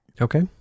okay